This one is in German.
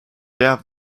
der